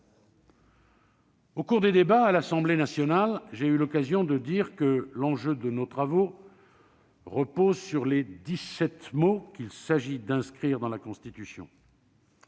Au cours des débats à l'Assemblée nationale, j'ai eu l'occasion de dire que l'enjeu de nos travaux repose sur les dix-sept mots qu'il s'agit d'inscrire dans la Constitution.